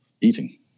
eating